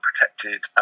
protected